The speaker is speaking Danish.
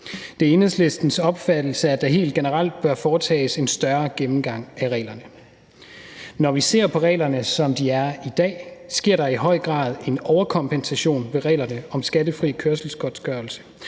Det er Enhedslistens opfattelse, at der helt generelt bør foretages en større gennemgang af reglerne. Når vi ser på reglerne, som de er i dag, sker der i høj grad en overkompensation ved reglerne om skattefri kørselsgodtgørelse,